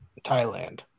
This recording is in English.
Thailand